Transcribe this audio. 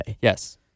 Yes